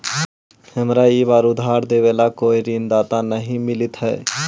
हमारा ई बार उधार देवे ला कोई ऋणदाता नहीं मिलित हाई